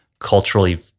culturally